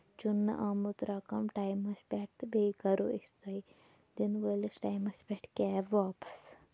چُننہٕ آمُت رَقم ٹایمَس پٮ۪ٹھ تہٕ بیٚیہِ کَرو أسۍ تۄہہِ دِنہٕ وٲلِس ٹایمَس پٮ۪ٹھ کیب واپَس